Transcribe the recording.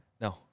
No